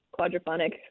quadraphonic